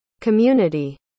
community